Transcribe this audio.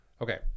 okay